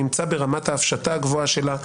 נמצא ברמת ההפשטה הגבוהה שלה.